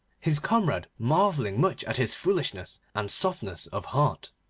his comrade marvelling much at his foolishness and softness of heart.